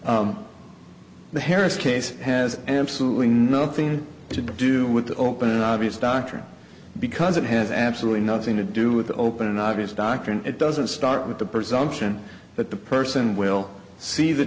the harris case has absolutely nothing to do with the open obvious doctrine because it has absolutely nothing to do with the open and obvious doctrine it doesn't start with the presumption that the person will see the